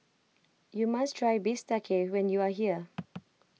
you must try Bistake when you are here